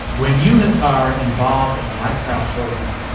when you are involved in lifestyle choices,